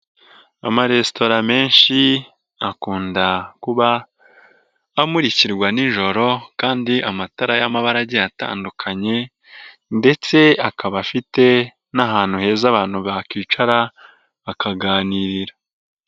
Amaresitora menshi akunda kuba amurikirwa ni joro kandi amatara y'amabara agiye atandukanye ndetse akaba afite n'ahantu heza abantu bakicara bakaganirira.